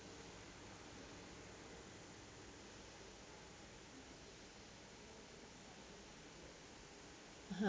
(uh huh)